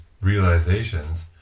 realizations